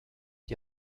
die